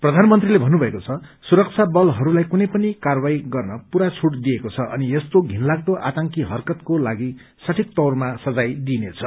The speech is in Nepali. प्रधानमंत्रीले भन्नुभएको छ सुरक्षाबलहरूलाई कुनै पनि कार्वाही गर्न पूरा छूट दिइएको छ अनियस्तो धिनलाग्दो आतंकी हरकतको लागि सठीक तौरमा सजाय दिइनेछ